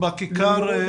בכיכר?